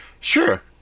Sure